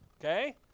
okay